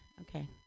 Okay